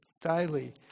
daily